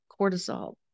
cortisol